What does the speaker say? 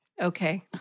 okay